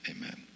amen